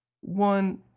one